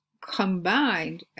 combined